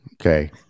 Okay